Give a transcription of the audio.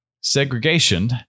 segregation